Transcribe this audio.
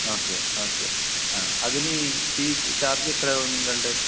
okay okay ആ അതിന് fees charge എത്രയാവും നിങ്ങളുടെ